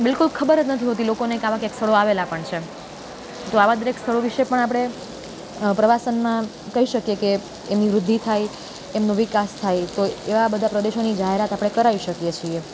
બિલકુલ ખબર જ નથી હોતી લોકોને કે આવાં ક્યાંક સ્થળો આવેલાં પણ છે તો આવાં દરેક સ્થળો વિષે પણ આપણે પ્રવાસનમાં કહી શકીએ કે એમની વૃદ્ધિ થાય એમનો વિકાસ થાય તો એવાં બધા પ્રદેશોની જાહેરાત આપણે કરાવી શકીએ છીએ